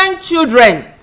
children